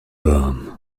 warm